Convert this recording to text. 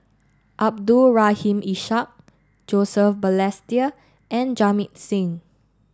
Abdul Rahim Ishak Joseph Balestier and Jamit Singh